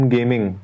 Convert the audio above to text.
Gaming